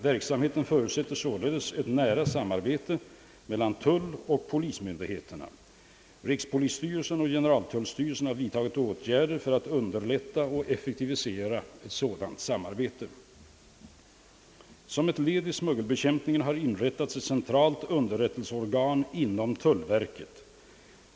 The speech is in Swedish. Verksamheten förutsätter således ett nära samarbete mellan tulloch polismyndigheterna. Rikspolisstyrelsen och generaltullstyrelsen har vidtagit åtgärder för att underlätta och effektivisera ett sådant samarbete. Som ett led i smuggelbekämpningen har inrättats ett centralt underrättelseorgan inom tullverket.